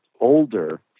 older